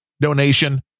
donation